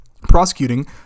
prosecuting